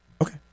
Okay